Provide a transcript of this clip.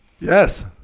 yes